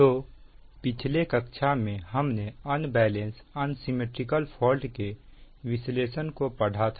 तो पिछले कक्षा में हमने अनबैलेंस अनसिमिट्रिकल फॉल्ट के विश्लेषण को पढ़ा था